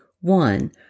one